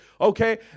okay